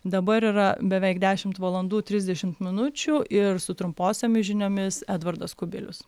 dabar yra beveik dešimt valandų trisdešimt minučių ir su trumposiomis žiniomis edvardas kubilius